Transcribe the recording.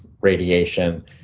radiation